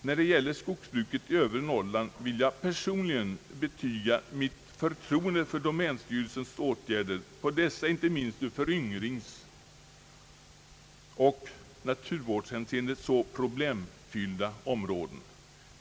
När det gäller skogsbruket i övre Norrland vill jag personligen betyga mitt förtroende för domänstyrelsens åtgärder på dessa icke minst i föryngringsoch naturvårdshänseende så problemfyllda områden.